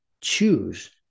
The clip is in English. choose